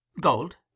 Gold